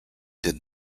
did